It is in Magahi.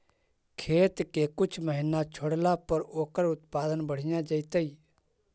खेत के कुछ महिना छोड़ला पर ओकर उत्पादन बढ़िया जैतइ?